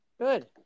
Good